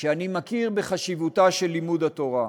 שאני מכיר בחשיבותו של לימוד התורה,